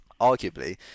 arguably